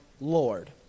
Lord